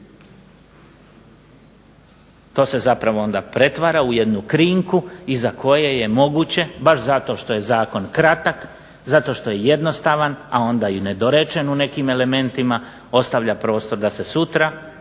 To se zapravo onda pretvara u jednu krinku iza koje je moguće baš zato što je zakon kratak, zato što je jednostavan, a onda i nedorečen u nekim elementima ostavlja prostor da se sutra